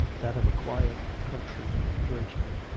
that of a quiet country clergyman,